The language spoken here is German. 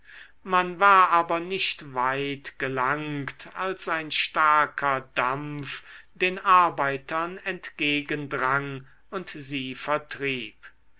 man war aber nicht weit gelangt als ein starker dampf den arbeitern entgegendrang und sie vertrieb